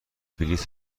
بلیط